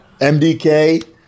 MDK